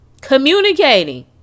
communicating